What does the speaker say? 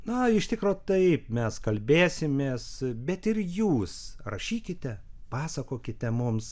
na iš tikro taip mes kalbėsimės bet ir jūs rašykite pasakokite mums